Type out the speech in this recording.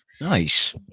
Nice